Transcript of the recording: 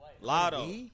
Lotto